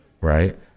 right